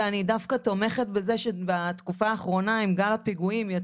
ואני דווקא תומכת בכך שבתקופה האחרונה עם גל הפיגועים,